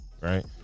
right